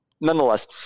Nonetheless